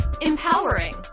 empowering